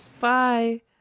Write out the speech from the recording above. Bye